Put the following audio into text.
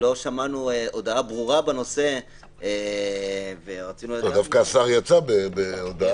לא שמענו הודעה ברורה בנושא ורצינו לדעת --- דווקא השר יצא בהודעה.